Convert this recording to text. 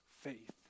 faith